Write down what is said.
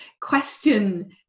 question